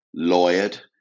lawyered